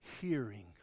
hearing